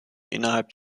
innerhalb